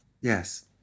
yes